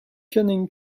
canning